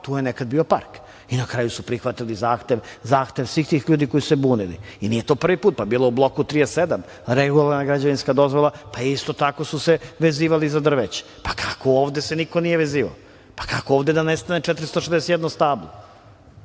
tu je nekad bio park i na kraju su prihvatili zahtev svih tih ljudi koji su se bunili i nije to prvi put. Bilo je i u bloku 37, regularna građevinska dozvola, pa isto tako su se vezivali za drveće, pa kako se ovde niko nije vezivao, kako ovde da nestane 461 stablo.